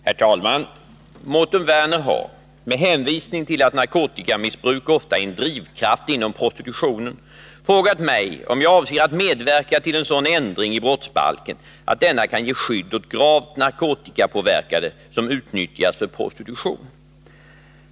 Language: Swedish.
Herr talman! Mårten Werner har — med hänvisning till att narkotikamissbruk ofta är en drivkraft inom prostitutionen — frågat mig om jag avser att medverka till en sådan ändring i brottsbalken att denna kan ge skydd åt gravt narkotikapåverkade som utnyttjas för prostitution.